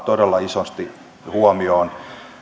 todella isosti huomioon